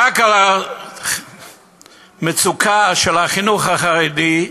רק על המצוקה של החינוך החרדי,